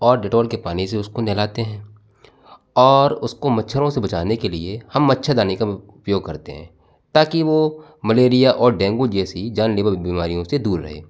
और डिटॉल के पानी से उसको नहलाते हैं और उसको मच्छरों से बचाने के लिए हम मच्छरदानी का उपयोग करते हैं ताकि वो मलेरिया और डेंगू जैसी जानलेवा बीमारियों से दूर रहे